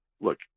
Look